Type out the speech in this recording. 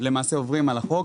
למעשה, עוברים על החוק.